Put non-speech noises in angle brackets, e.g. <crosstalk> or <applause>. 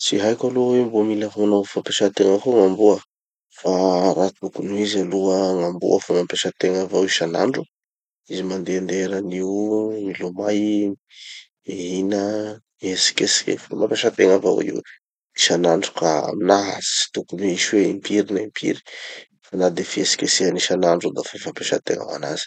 Tsy haiko aloha hoe mbo mila fanov- fampiasategna koa gn'amboa, Fa raha tokony ho izy aloha, gn'amboa fa mampiasategna avao isan'andro, Izy mandehandeha eran'io, milomay, <noise> mihina, mihetsiketsiky eny. Fa mampiasategna avao io isan'andro ka aminaha tsy tokony hisy hoe impiry na impiry fa na de fihetsiketsehany isan'andro io defa fampiasategna ho anazy.